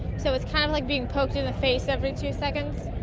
so it's kind of like being poked in the face every two seconds.